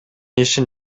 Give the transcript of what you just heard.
ишин